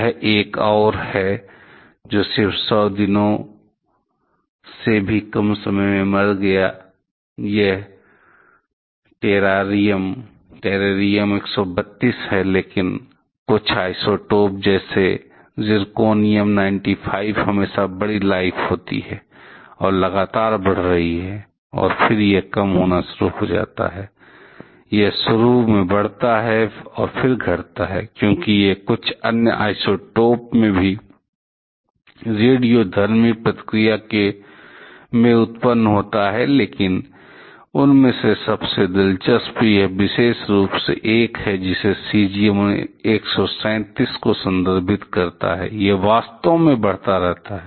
यह एक और है जो सिर्फ 100 दिनों से भी कम समय में मर गया यह टेरारियम 132 है लेकिन कुछ आइसोटोप जैसे ज़िरकोनियम हमेसा बड़ी लाइफ होती है और लगातार बढ़ रही है और फिर यह कम होना शुरू हो जाता है यह शुरू में बढ़ता है और फिर घटता है क्योंकि यह कुछ अन्य आइसोटोप isotopes में भी रेडियोधर्मी प्रतिक्रिया में उत्पन्न होता है लेकिन उनमें से सबसे दिलचस्प यह विशेष रूप से एक है जो कि सीज़ियम 137 को संदर्भित करता है यह वास्तव में बढ़ता रहता है